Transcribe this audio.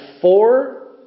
four